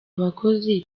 abakozi